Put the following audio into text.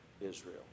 Israel